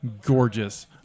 gorgeous